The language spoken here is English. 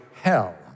hell